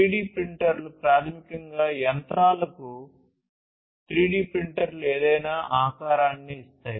3 D ప్రింటర్లు ప్రాథమికంగా యంత్రాలకు 3 డి ప్రింటర్లు ఏదైనా ఆకారాన్ని ఇస్తాయి